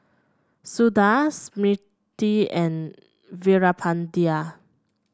Suda Smriti and Veerapandiya